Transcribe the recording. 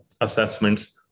assessments